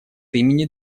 имени